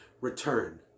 return